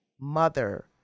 mother